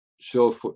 show